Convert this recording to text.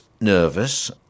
nervous